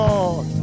Lord